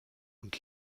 und